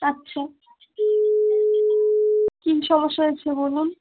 আচ্ছা কী সমস্যা হয়েছে বলুন